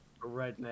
redneck